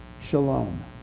shalom